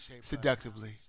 seductively